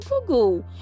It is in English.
Google